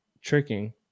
tricking